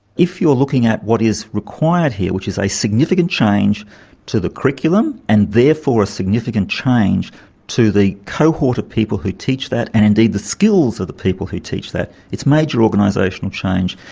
if you're looking at what is required here, which is a significant change to the curriculum and therefore a significant change to the cohort of people who teach that and indeed the skills of the people who teach that, it's major organisational change.